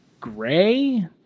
gray